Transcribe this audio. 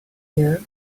year